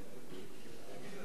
תגיד,